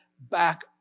back